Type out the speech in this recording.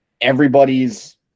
everybody's –